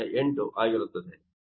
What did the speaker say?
008 ಆಗಿರುತ್ತದೆ